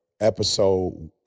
episode